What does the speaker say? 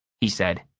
he said.